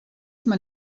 man